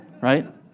right